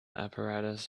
apparatus